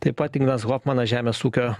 taip pat ignas hofmanas žemės ūkio